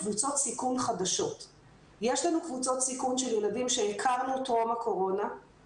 קבוצות סיכון חדשות שלא הכרנו ולהמשיג את זה,